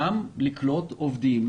גם לקלוט עובדים,